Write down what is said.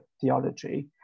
theology